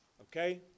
Okay